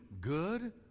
good